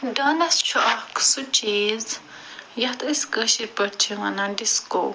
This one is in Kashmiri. ڈانَس چھُ اَکھ سُہ چیٖز یَتھ أسۍ کٲشِرۍ پٲٹھۍ چھِ ونان ڈِسکو